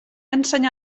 ensenyà